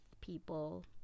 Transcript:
people